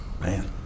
man